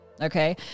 Okay